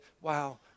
wow